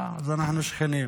אה, אז אנחנו שכנים.